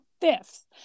Fifth